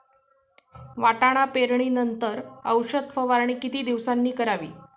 वाटाणा पेरणी नंतर औषध फवारणी किती दिवसांनी करावी?